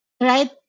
right